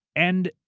and,